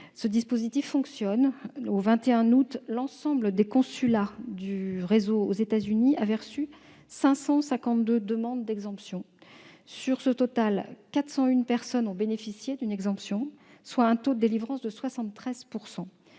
Ce dispositif fonctionne : au 21 août dernier, l'ensemble des consulats du réseau aux États-Unis avaient reçu 552 demandes d'exemption. Sur ce total, 401 personnes ont bénéficié d'une exemption. Le taux de délivrance s'élève